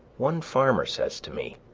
one farmer says to me,